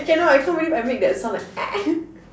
I cannot I can't believe I made that sound like argh